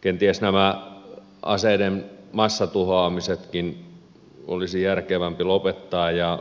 kenties nämä aseiden massatuhoamisetkin olisi järkevämpi lopettaa ja